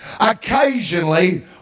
occasionally